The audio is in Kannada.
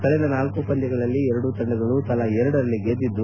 ಕಳೆದ ನಾಲ್ಲು ಪಂದ್ಯಗಳಲ್ಲಿ ಎರಡೂ ತಂಡಗಳು ತಲಾ ಎರಡಲ್ಲಿ ಗೆದ್ದಿದ್ದು